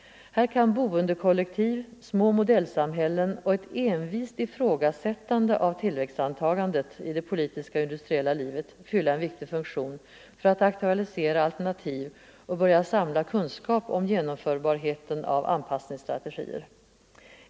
Här kan boendekollektiv, små modellsamhällen och ett envist ifrågasättande av tillväxtantagandet i det politiska och industriella livet fylla en viktig funktion för att aktualisera alternativ och börja samla kunskap om genomförbarheten av anpassningsstrategier.